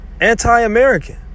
anti-American